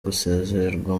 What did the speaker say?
gusezererwa